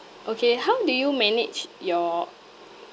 okay how do you manage your